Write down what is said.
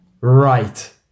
right